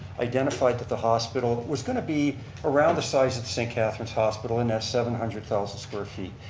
identified that the hospital was going to be around the size of st. catharines hospital and that's seven hundred thousand square feet.